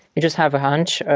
you just have a hunch,